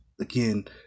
again